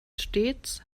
stets